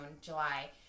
July